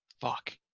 Fuck